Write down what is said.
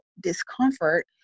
discomfort